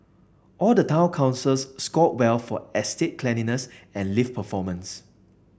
all the town councils scored well for estate cleanliness and lift performance